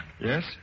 Yes